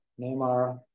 Neymar